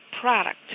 product